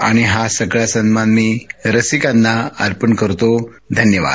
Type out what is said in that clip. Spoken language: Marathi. आणि हा सगळा सन्मान मी रसीकांना अर्पण करतो धन्यवाद